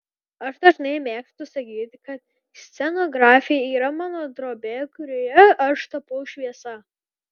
aš dažnai mėgstu sakyti kad scenografija yra mano drobė kurioje aš tapau šviesa